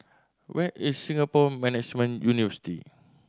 where is Singapore Management University